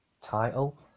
title